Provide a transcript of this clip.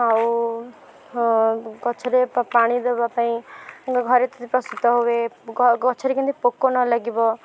ଆଉ ଗଛରେ ପାଣି ଦେବା ପାଇଁ ଘରେ ପ୍ରସ୍ତୁତ ହୁଏ ଗ ଗଛରେ କେମିତି ପୋକ ନ ଲାଗିବ